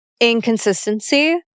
inconsistency